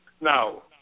now